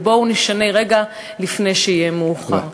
ובואו נשנה רגע לפני שיהיה מאוחר.